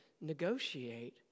negotiate